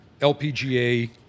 LPGA